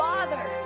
Father